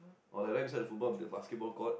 or like right beside the football the basketball court